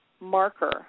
marker